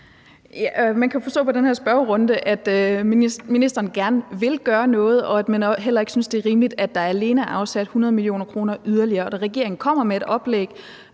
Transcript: Man kan forstå på den her spørgerunde, at ministeren gerne vil gøre noget, at man heller ikke synes, at det er rimeligt, at der alene er afsat 100 mio. kr. yderligere, og at regeringen kommer med et oplæg